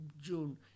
June